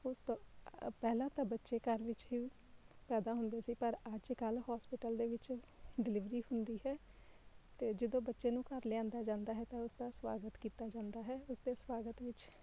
ਉਸ ਤੋਂ ਪਹਿਲਾਂ ਤਾਂ ਬੱਚੇ ਘਰ ਵਿੱਚ ਹੀ ਪੈਦਾ ਹੁੰਦੇ ਸੀ ਪਰ ਅੱਜ ਕੱਲ੍ਹ ਹੋਸਪਿਟਲ ਦੇ ਵਿੱਚ ਡਿਲੀਵਰੀ ਹੁੰਦੀ ਹੈ ਅਤੇ ਜਦੋਂ ਬੱਚੇ ਨੂੰ ਘਰ ਲਿਆਉਂਦਾ ਜਾਂਦਾ ਹੈ ਤਾਂ ਉਸਦਾ ਸਵਾਗਤ ਕੀਤਾ ਜਾਂਦਾ ਹੈ ਉਸਦੇ ਸਵਾਗਤ ਵਿੱਚ